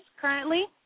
currently